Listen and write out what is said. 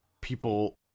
people